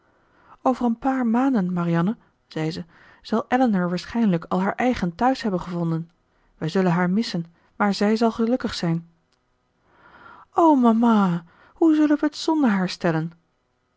over een paar maanden marianne zei ze zal elinor waarschijnlijk al haar eigen thuis hebben gevonden wij zullen haar missen maar zij zal gelukkig zijn o mama hoe zullen we t zonder haar stellen